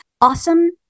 awesome